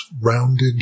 rounded